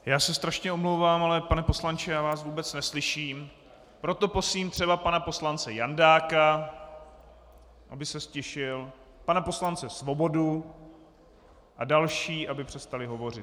Já se strašně omlouvám, ale pane poslanče, já vás vůbec neslyším, proto prosím třeba pana poslance Jandáka, aby se ztišil, pana poslance Svobodu a další, aby přestali hovořit.